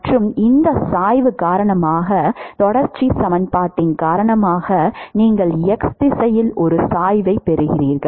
மற்றும் இந்த சாய்வு காரணமாக தொடர்ச்சி சமன்பாட்டின் காரணமாக நீங்கள் x திசையில் ஒரு சாய்வையும் பெறுவீர்கள்